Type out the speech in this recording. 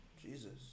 Jesus